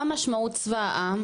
מה משמעות צבא העם?